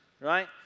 right